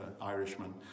Irishman